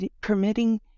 permitting